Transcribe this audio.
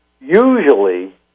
Usually